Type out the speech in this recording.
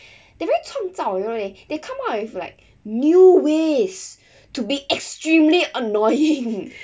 they very 创造 you know they they come out with like new ways to be extremely annoying